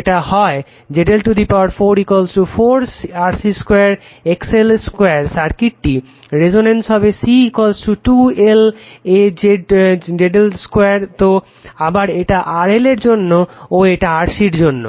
এটা হয় ZL 4 4 RC 2 XL 2 সার্কিটটি রেসনেন্স হবে C 2 LaZL2 তে আবার এটা RL এর জন্য ও এটা RC এর জন্য